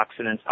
antioxidants